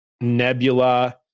Nebula